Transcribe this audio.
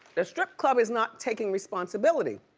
the strip club is not taking responsibility.